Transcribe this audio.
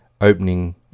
opening